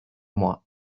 moi